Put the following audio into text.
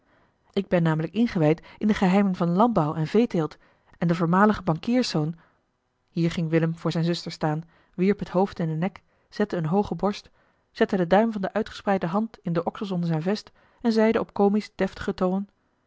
ik ben namelijk ingewijd in de geheimen van landbouw en veeteelt en de voormalige bankierszoon hier ging willem voor zijne zuster staan wierp het hoofd in den nek zette eene hooge borst zette den duim van de uitgespreide hand in de oksels onder zijn vest en zeide op komisch deftigen toon